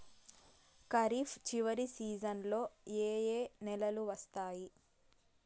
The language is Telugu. ఖరీఫ్ చివరి సీజన్లలో ఏ ఏ నెలలు వస్తాయి